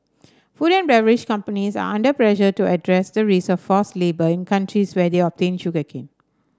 food and beverage companies are under pressure to address the risk of forced labour in countries where they obtain sugar cane